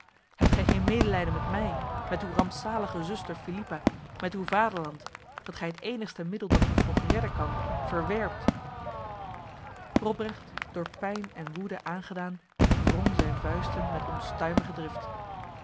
hebt gij geen medelijden met mij met uw rampzalige zuster philippa met uw vaderland dat gij het enigste middel dat ons nog redden kan verwerpt robrecht door pijn en woede aangedaan wrong zijn vuisten met